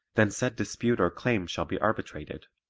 then said dispute or claim shall be arbitrated.